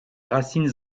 racines